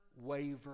waver